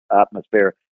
atmosphere